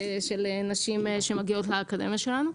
של נשים שמגיעות לאקדמיה שלנו.